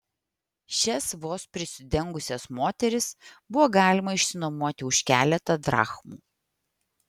šias vos prisidengusias moteris buvo galima išsinuomoti už keletą drachmų